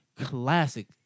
classic